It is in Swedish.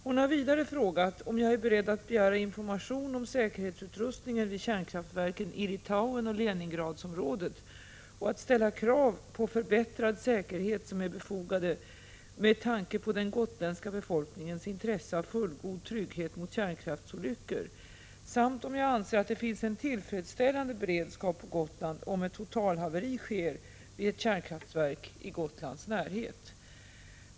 Hon har vidare frågat om jag är beredd att begära information om säkerhetsutrustningen vid kärnkraftverken i Litauen och Leningradområdet och att ställa de krav på förbättrad säkerhet som är befogade med tanke på den gotländska befolkningens intresse av fullgod trygghet mot kärnkraftsolyckor samt om jag anser att det finns en tillfredsställande beredskap på Gotland om ett totalhaveri sker vid ett kärnkraftsverk i Gotlands närhet.